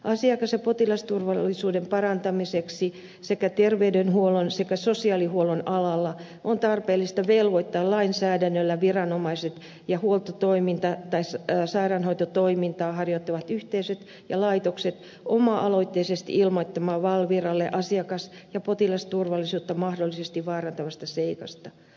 asiakas ja potilasturvallisuu den parantamiseksi sekä terveydenhuollon sekä sosiaalihuollon alalla on tarpeellista velvoittaa lainsäädännöllä viranomaiset ja huoltotoimintaa tai sairaanhoitotoimintaa harjoittavat yhteisöt ja laitokset oma aloitteisesti ilmoittamaan valviralle asiakas ja potilasturvallisuutta mahdollisesti vaarantavasta seikasta